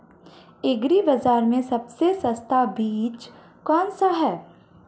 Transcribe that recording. Agree बाज़ार में सबसे सस्ता बीज कौनसा है?